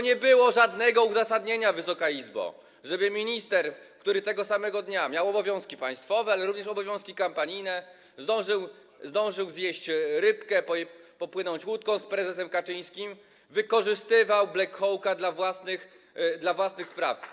Nie było żadnego uzasadnienia, Wysoka Izbo, żeby minister, który tego samego dnia miał obowiązki państwowe, ale również obowiązki kampanijne, bo zdążył zjeść rybkę, popłynąć łódką z prezesem Kaczyńskim, wykorzystywał black hawka do własnych spraw.